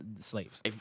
slaves